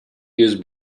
use